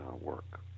work